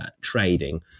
trading